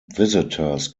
visitors